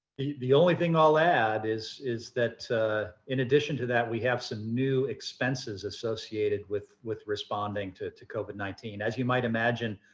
the only thing i'll add is is in addition to that we have so new expenses associated with with responding to to covid nineteen. as you might imagine,